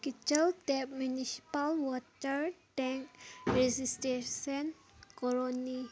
kitchen tap municipal water tank registration colony